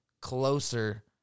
closer